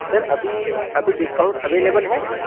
سر ابھی ابھی discount available ہے